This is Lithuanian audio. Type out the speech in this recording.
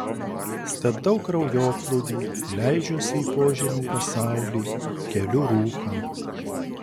stabdau kraujoplūdį leidžiuosi į požemių pasaulį keliu rūką